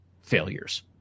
failures